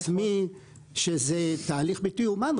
אני מנהל את המלחמה בכוחות עצמי וזה תהליך בלתי יאומן.